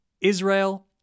Israel